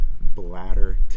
bladder